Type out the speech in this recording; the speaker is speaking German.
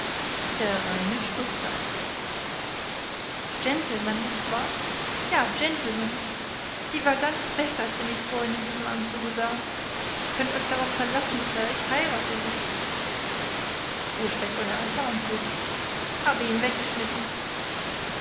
der reine stutzer gentleman nicht wahr ja gentleman sie war ganz weg als sie mich vorhin in diesem anzuge sah könnt euch darauf verlassen sir ich heirate sie wo steckt euer alter anzug habe ihn weggeschmissen